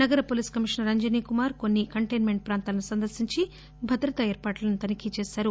నగర police commissioner Anjanikumar కొన్ని containment ప్రాంతాలను సందర్భించి భద్రత ఏర్పాట్లను తనిఖీ చేశారు